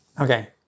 okay